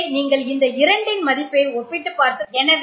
இதை நீங்கள் இந்த இரண்டின் மதிப்பை ஒப்பிட்டுப் பார்த்து காணலாம்